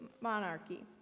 monarchy